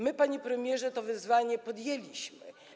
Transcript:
My, panie premierze, to wyzwanie podjęliśmy.